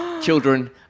children